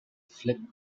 flip